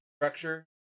structure